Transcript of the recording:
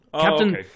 Captain